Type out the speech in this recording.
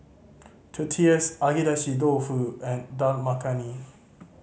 Tortillas Agedashi Dofu and Dal Makhani